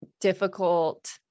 difficult